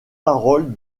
parole